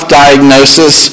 diagnosis